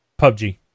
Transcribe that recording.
PUBG